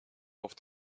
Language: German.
auf